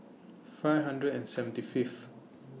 five hundred and seventy Fifth